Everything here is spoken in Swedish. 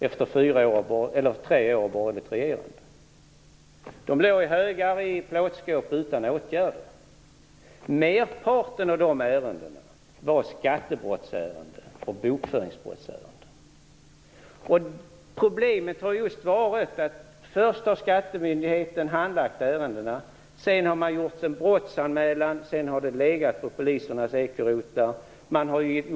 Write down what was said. Ärendena låg i högar i plåtskåp utan att vara åtgärdade. Merparten av dessa var skattebrottsärenden och bokföringsbrottsärenden. Problemet har just varit att skattemyndigheten först har handlagt ärendena varefter det gjorts en brottsanmälan. Därefter har de legat på polisens ekobrottsrotlar.